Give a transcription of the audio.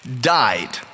died